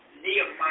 Nehemiah